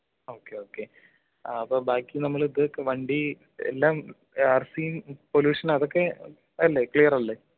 okay okay ആ അപ്പോൾ ബാക്കി നമ്മൾ ഇത് വണ്ടി എല്ലാം ആർ സിയും പൊലൂഷനും അതൊക്കെ അല്ലേ ക്ലിയർ അല്ലേ